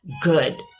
good